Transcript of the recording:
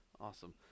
Awesome